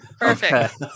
Perfect